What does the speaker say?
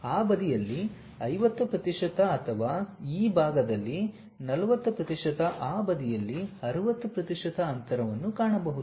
ಆ ಬದಿಯಲ್ಲಿ 50 ಪ್ರತಿಶತ ಅಥವಾ ಈ ಭಾಗದಲ್ಲಿ 40 ಪ್ರತಿಶತ ಆ ಬದಿಯಲ್ಲಿ 60 ಪ್ರತಿಶತ ಅಂತರವನ್ನು ಕಾಣಬಹುದು